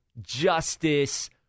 justice